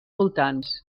voltants